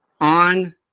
on